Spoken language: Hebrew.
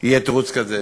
יהיה תירוץ כזה,